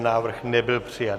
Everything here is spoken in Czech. Návrh nebyl přijat.